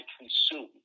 consume